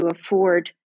afford